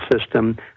system